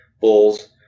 bulls